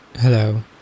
Hello